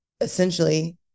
essentially